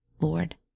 Lord